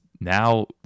now